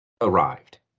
arrived